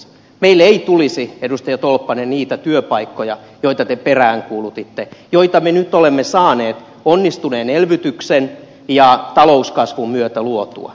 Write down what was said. meille ei tulisi edustaja tolppanen niitä työpaikkoja joita te peräänkuulutitte joita me nyt olemme saaneet onnistuneen elvytyksen ja talouskasvun myötä luotua